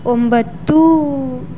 ಒಂಬತ್ತು